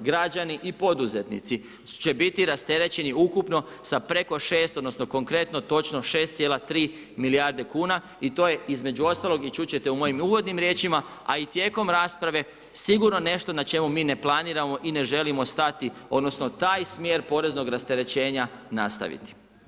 građani i poduzetnici će biti rasterećeni ukupno sa preko 6, odnosno konkretno točno 6,3 milijarde kuna i to je između ostalog i čut će te u mojim uvodnim riječima, a i tijekom rasprave sigurno nešto na čemu ne planiramo i ne želimo stati odnosno taj smjer poreznog rasterećenja nastaviti.